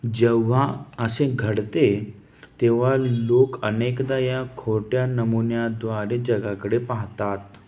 जेव्हा असे घडते तेव्हा लोक अनेकदा या खोट्या नमुन्याद्वारे जगाकडे पाहतात